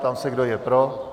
Ptám se, kdo je pro.